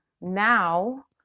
now